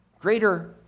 greater